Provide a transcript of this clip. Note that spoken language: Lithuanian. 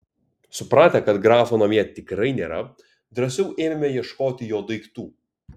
supratę kad grafo namie tikrai nėra drąsiau ėmėme ieškoti jo daiktų